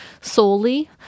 solely